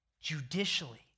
judicially